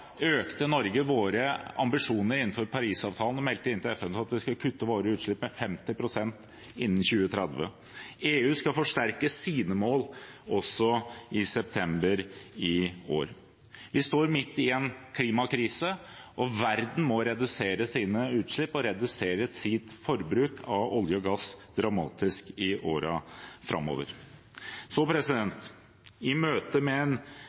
økte Norge våre ambisjoner innenfor Parisavtalen og meldte inn til FN at vi skulle kutte våre utslipp med 50 pst. innen 2030. EU skal også forsterke sine mål i september i år. Vi står midt i en klimakrise, og verden må redusere sine utslipp og sitt forbruk av olje og gass dramatisk i årene framover. I møte med en